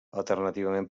alternativament